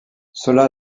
cela